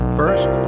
first